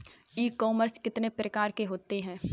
ई commerce कितने प्रकार के होते हैं?